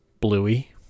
Bluey